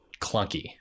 clunky